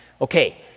Okay